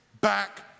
back